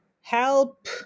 help